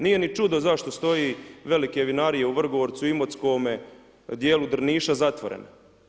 Nije ni čudo zašto stoji velike vinarije u Vrgorcu, u Imotskome, djelu Drniša zatvorene.